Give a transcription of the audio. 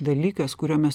dalykas kurio mes